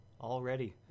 already